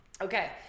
Okay